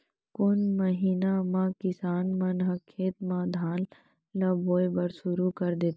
कोन महीना मा किसान मन ह खेत म धान ला बोये बर शुरू कर देथे?